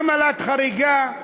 עמלת חריגה,